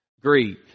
Greed